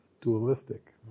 dualistic